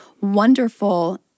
wonderful